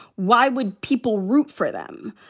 why would people root for them?